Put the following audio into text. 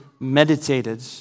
meditated